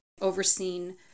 overseen